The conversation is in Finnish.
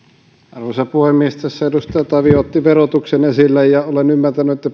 arvoisa puhemies tässä edustaja tavio otti verotuksen esille olen ymmärtänyt että